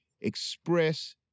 express